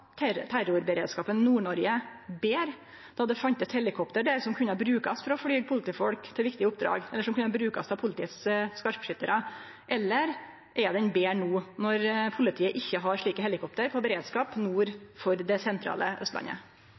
terrorberedskapen i Nord-Noreg betre då det fanst helikopter der som kunne brukast til å fly politifolk til viktige oppdrag, eller som kunne brukast av politiets skarpskyttarar, eller er beredskapen betre no når politiet ikkje har slike helikopter for beredskap nord for det sentrale Austlandet?